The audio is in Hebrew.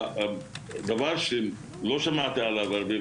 דבר שלא שמעתי עליו הרבה,